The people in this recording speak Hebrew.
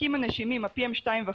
החלקיקים הנשימים, ה-PM2.5,